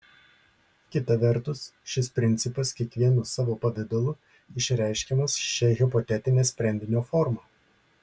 kita vertus šis principas kiekvienu savo pavidalu išreiškiamas šia hipotetine sprendinio forma